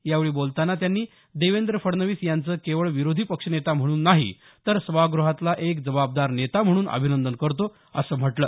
यावेळी बोलताना त्यांनी देवेंद्र फडणवीस यांचं केवळ विरोधी पक्षनेता म्हणून नाही तर सभागृहातला एक जबाबदार नेता म्हणून अभिनंदन करतो असं म्हटलं